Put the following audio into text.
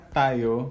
tayo